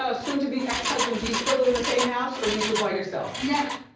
ah soon to be ex-husband, do you still live in the same house or do you live by yourself? no,